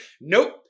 nope